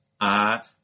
art